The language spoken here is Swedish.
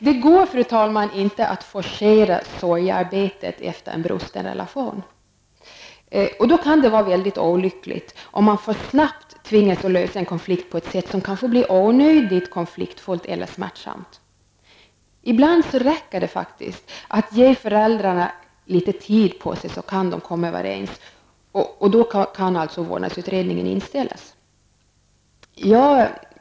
Det går, fru talman, inte att forcera sorgearbetet efter en brusten relation, och det kan då vara väldigt olyckligt om man för snabbt tvingas lösa en konflikt på ett sätt som kanske blir onödigt konfliktfyllt eller smärtsamt. Ibland räcker det faktiskt att ge föräldrarna litet tid på sig för att de skall kunna komma överens, och då kan alltså vårdnadsutredningen inställas.